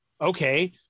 okay